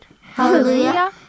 Hallelujah